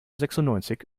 sechsundneunzig